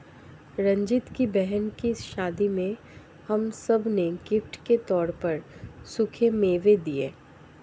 रंजीत की बहन की शादी में हम सब ने गिफ्ट के तौर पर सूखे मेवे दिए